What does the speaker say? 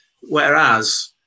Whereas